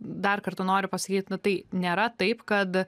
dar kartą noriu pasakyt nu tai nėra taip kad